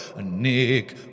Nick